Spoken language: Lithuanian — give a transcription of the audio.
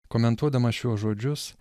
komentuodamas šiuos žodžius